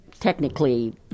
technically